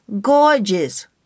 gorgeous